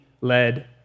led